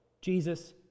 Jesus